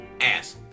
Ass